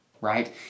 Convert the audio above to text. right